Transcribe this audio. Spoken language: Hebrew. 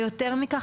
ויתרה מכך,